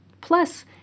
Plus